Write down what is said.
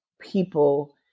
people